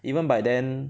even by then